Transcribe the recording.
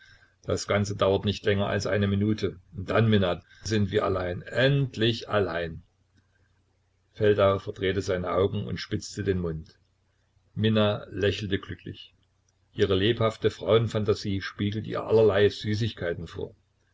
das ganze dauert nicht länger als eine minute und dann minna sind wir allein endlich allein feldau verdrehte seine augen und spitzte den mund minna lächelte glücklich ihre lebhafte frauenphantasie spiegelte ihr allerlei süßigkeiten vor